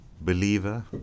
believer